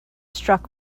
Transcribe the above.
struck